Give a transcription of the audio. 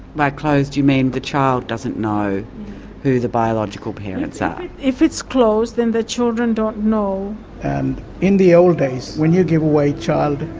by closed you mean the child doesn't know who the biological parents are? if it's closed then the children don't know. and in the old days, when you give away a child,